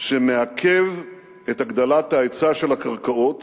שמעכב את הגדלת ההיצע של הקרקעות